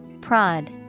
Prod